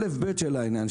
א'-ב' של העניין,